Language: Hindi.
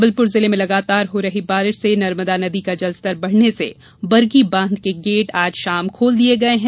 जबलपुर जिले में लगातार हो रही बारिश से नर्मदा नदी का जलस्तर बढ़ने से बरगी बाँध के गेट खोल दिये गये हैं